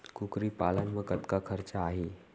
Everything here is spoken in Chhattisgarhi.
कुकरी पालन म कतका खरचा आही?